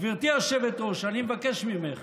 גברתי היושבת-ראש, אני מבקש ממך